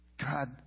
God